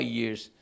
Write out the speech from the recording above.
years